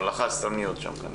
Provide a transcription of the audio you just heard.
ולהציג את הרציונל שעומד בבסיסו.